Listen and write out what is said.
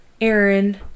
Aaron